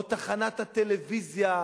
או תחנת הטלוויזיה,